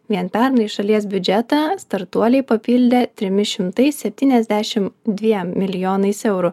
vien pernai šalies biudžetą startuoliai papildė trimis šimtais septyniasdešimt dviem milijonais eurų